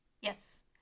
Yes